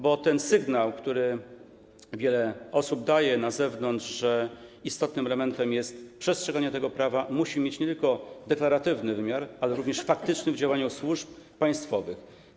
Bo sygnał, który wiele osób daje na zewnątrz, że istotnym elementem jest przestrzeganie prawa, musi mieć nie tylko deklaratywny wymiar, ale również faktyczny - w działaniu służb państwowych.